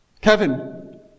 Kevin